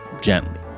gently